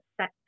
set